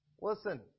Listen